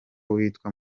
witwa